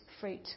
fruit